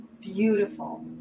beautiful